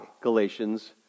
Galatians